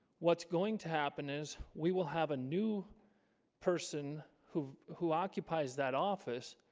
what's going to happen is we will have a new person who who occupies that office